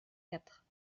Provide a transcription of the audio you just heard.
quatre